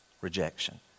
rejection